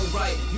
right